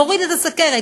נוריד את הסוכרת,